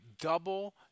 double